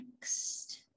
next